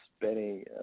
Benny